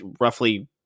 roughly